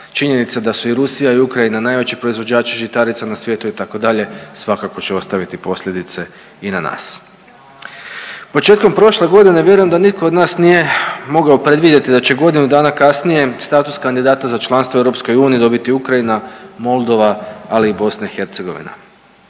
činjenice da su i Rusija i Ukrajina najveći proizvođači žitarica na svijetu itd. svakako će ostaviti posljedice i na nas. Početkom prošle godine vjerujem da nitko od nas mogao predvidjeti da će godinu dana kasnije status kandidata za članstvo u EU dobiti Ukrajina, Moldava, ali i BiH. Hrvatska